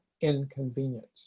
inconvenient